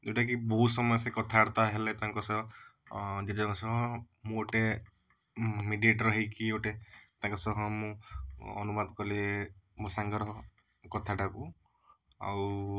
ଯେଉଁଟା କି ବହୁତ ସମୟ ସେ କଥାବାର୍ତ୍ତା ହେଲେ ତାଙ୍କ ସହ ଜେଜେଙ୍କ ସହ ମୁଁ ଗୋଟେ ମିଡ଼ିଏଟର ହେଇକି ଗୋଟେ ତାଙ୍କ ସହ ମୁଁ ଅନୁବାଦ କଲି ମୋ ସାଙ୍ଗର କଥାଟା କୁ ଆଉ